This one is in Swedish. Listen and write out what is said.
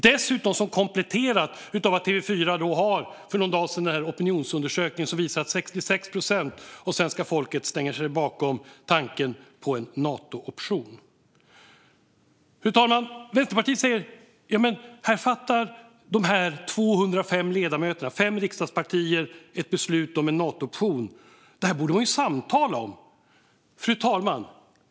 Jag kan komplettera med att TV4 för någon dag sedan redogjorde för en opinionsundersökning som visar att 66 procent av svenska folket ställer sig bakom tanken på en Nato-option. Fru talman! Vänsterpartiet säger: Här fattar dessa 205 ledamöter från fem riksdagspartier ett beslut om en Nato-option. Detta borde man samtala om. Fru talman!